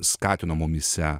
skatino mumyse